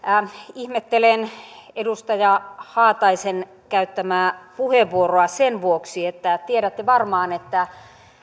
ihmettelen edustaja haataisen käyttämää puheenvuoroa sen vuoksi että tiedätte varmaan että